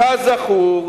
כזכור,